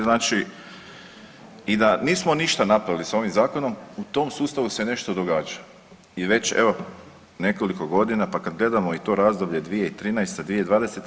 Znači i da nismo ništa napravili sa ovim zakonom u tom sustavu se nešto događa i već evo nekoliko godina, pa kad gledamo i to razdoblje 2013., 2020.